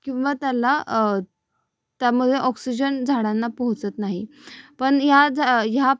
किंवा त्याला त्यामध्ये ऑक्सिजन झाडांना पोहोचत नाही पण या झा ह्या